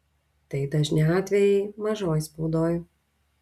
tai dažni atvejai mažoj spaudoj